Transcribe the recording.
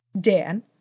Dan